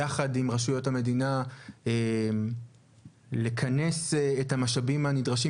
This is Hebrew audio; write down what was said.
יחד עם רשויות המדינה לכנס את המשאבים הנדרשים